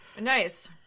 Nice